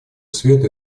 свет